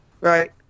right